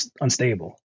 unstable